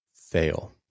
fail